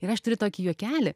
ir aš turiu tokį juokelį